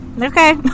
Okay